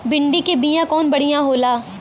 भिंडी के बिया कवन बढ़ियां होला?